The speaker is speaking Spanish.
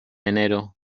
enero